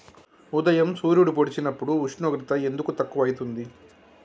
ఉదయం సూర్యుడు పొడిసినప్పుడు ఉష్ణోగ్రత ఎందుకు తక్కువ ఐతుంది?